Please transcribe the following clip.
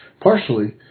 partially